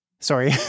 Sorry